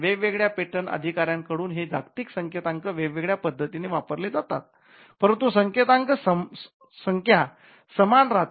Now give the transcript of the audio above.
वेगवेगळ्या पेटंट अधिकाऱ्याकडून हे जागतिक संकेतांक वेगवेगळ्या पद्धतीने वापरले जातात परंतु संकेतांक संख्या समान राहते